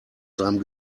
seinem